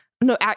no